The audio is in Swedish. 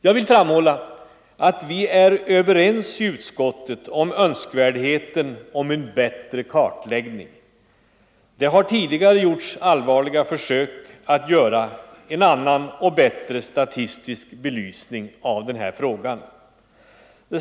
Jag vill framhålla att vi i utskottet är överens om önskvärdheten av en bättre kartläggning. Det har tidigare gjorts allvarliga försök att åstadkomma en annan och bättre statistisk belysning av denna fråga.